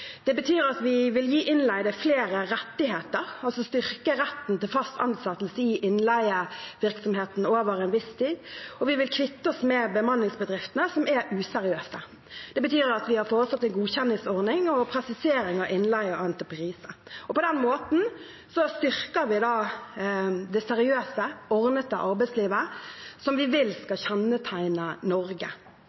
Det betyr at vi vil gi innleide flere rettigheter, altså styrke retten til fast ansettelse i innleievirksomheten over en viss tid, og vi vil kvitte oss med bemanningsbedriftene som er useriøse. Det betyr videre at vi har foreslått en godkjenningsordning og en presisering av innleie og entreprise. På den måten styrker vi det seriøse, ordnede arbeidslivet som vi vil skal kjennetegne Norge.